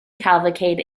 cavalcade